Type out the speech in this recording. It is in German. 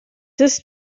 ist